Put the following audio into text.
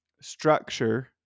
structure